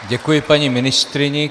Děkuji paní ministryni.